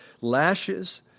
lashes